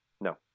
No